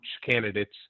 candidates